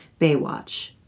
Baywatch